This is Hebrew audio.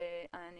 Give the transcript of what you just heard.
אני